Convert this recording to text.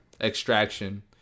Extraction